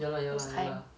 those kind